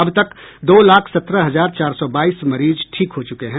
अब तक दो लाख सत्रह हजार चार सौ बाईस मरीज ठीक हो चुके हैं